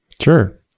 Sure